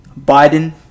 Biden